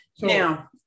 Now